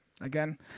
Again